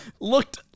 looked